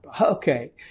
Okay